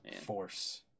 force